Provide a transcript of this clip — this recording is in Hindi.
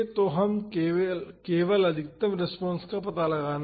तो हमें केवल अधिकतम रेस्पॉन्स का पता लगाना है